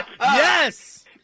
Yes